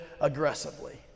aggressively